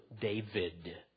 David